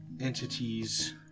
entities